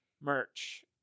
merch